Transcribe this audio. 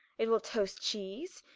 it will toste cheese,